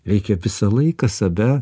reikia visą laiką save